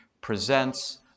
presents